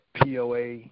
POA